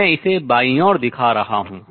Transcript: मैं इसे बाईं ओर दिखा रहा हूँ